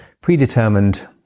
predetermined